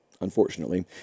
unfortunately